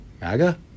MAGA